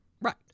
Right